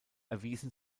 erwiesen